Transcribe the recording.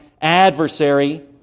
adversary